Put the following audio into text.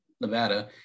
Nevada